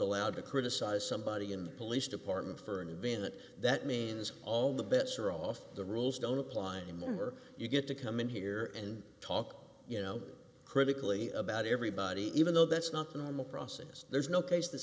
allowed to criticize somebody in the police department for an event that means all the bets are off the rules don't apply in them or you get to come in here and talk you know critically about everybody even though that's not the normal process there's no case th